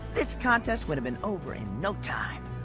this contest would have been over in no time.